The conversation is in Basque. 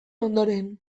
ondoren